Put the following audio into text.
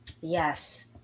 Yes